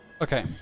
Okay